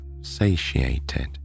satiated